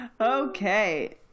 Okay